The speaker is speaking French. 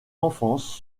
enfance